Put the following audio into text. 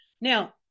Now